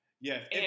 Yes